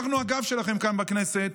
אנחנו הגב שלכם כאן בכנסת.